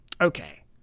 Okay